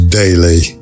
daily